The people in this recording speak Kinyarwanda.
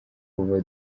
kuva